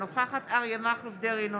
אינה נוכחת אריה מכלוף דרעי,